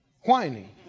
Whining